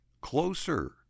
closer